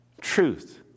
truth